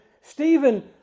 Stephen